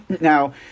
Now